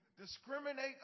discriminate